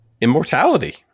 Immortality